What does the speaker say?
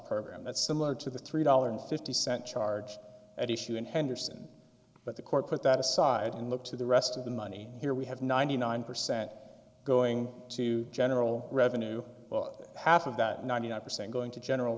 program that's similar to the three dollars fifty cent charge at issue in henderson but the court put that aside and look to the rest of the money here we have ninety nine percent going to general revenue half of that ninety nine percent going to general